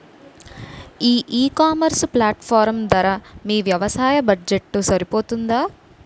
ఈ ecommerce platform ధర మీ వ్యవసాయ బడ్జెట్ సరిపోతుందా?